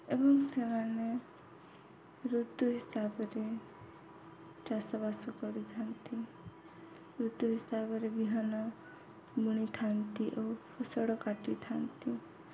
ଏବଂ ସେମାନେ ଋତୁ ହିସାବରେ ଚାଷବାସ କରିଥାନ୍ତି ଋତୁ ହିସାବରେ ବିହନ ବୁଣିଥାନ୍ତି ଓ ଫସଲ କାଟିଥାନ୍ତି